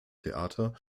theater